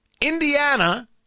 Indiana